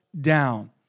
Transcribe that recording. down